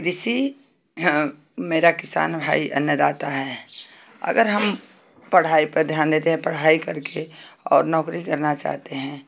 कृषि मेरा किसान भाई अन्नदाता है अगर हम पढ़ाई पर ध्यान देते हैं पढ़ाई करके और नौकरी करना चाहते हैं